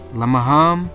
Lamaham